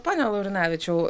pone laurinavičiau